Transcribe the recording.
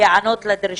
להיענות להן.